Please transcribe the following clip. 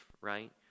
right